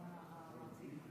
אדוני יושב-ראש